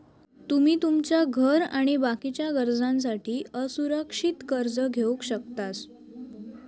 तुमी तुमच्या घर आणि बाकीच्या गरजांसाठी असुरक्षित कर्ज घेवक शकतास